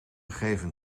geven